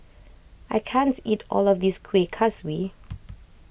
I can't eat all of this Kueh Kaswi